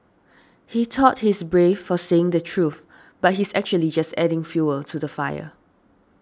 he thought he's brave for saying the truth but he's actually just adding fuel to the fire